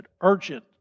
urgent